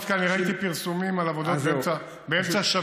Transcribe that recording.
אני דווקא ראיתי פרסומים על עבודות באמצע השבוע,